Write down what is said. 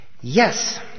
Yes